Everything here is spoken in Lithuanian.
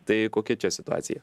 tai kokia čia situacija